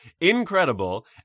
incredible